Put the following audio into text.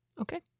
Okay